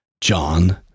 John